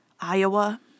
Iowa